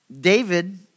David